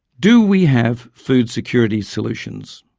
do we have food security solutions?